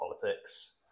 politics